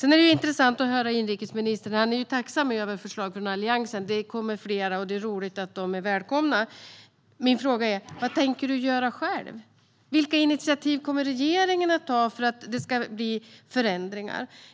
Det är intressant att höra på inrikesministern. Han är ju tacksam över förslag från Alliansen. Det kommer fler, och det är roligt att de är välkomna, men min fråga är: Vad tänker ministern göra själv? Vilka initiativ kommer regeringen att ta för att det ska bli förändringar?